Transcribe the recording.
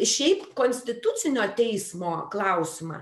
šiaip konstitucinio teismo klausimą